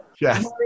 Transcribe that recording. Yes